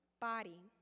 body